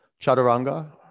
chaturanga